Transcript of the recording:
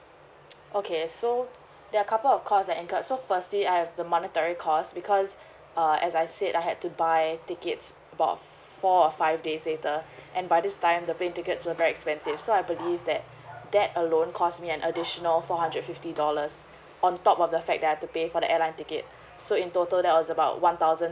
okay so there're couple of costs that incurred so firstly I have the monetary cost because uh as I said I had to buy tickets about four or five days later and by this time the plane tickets was very expensive so I believe that that alone costed me an additional four hundred fifty dollars on top of the fact that I'd to pay for the airline ticket so in total that was about one thousand